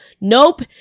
Nope